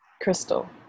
Crystal